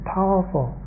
powerful